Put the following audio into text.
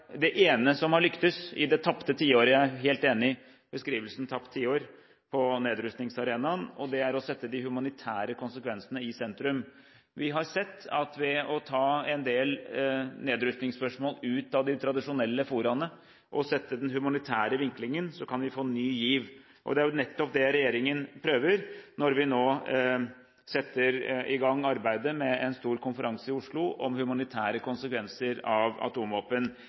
lyktes i det tapte tiåret – jeg er helt enig i beskrivelsen «tapt tiår» – på nedrustningsarenaen, og det er å sette de humanitære konsekvensene i sentrum. Vi har sett at ved å ta en del nedrustningsspørsmål ut av de tradisjonelle foraene og sette den humanitære vinklingen, så kan vi få ny giv. Det er nettopp det regjeringen prøver når vi nå setter i gang arbeidet med en stor konferanse i Oslo om humanitære konsekvenser av atomvåpen.